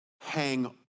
hang